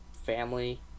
family